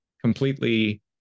completely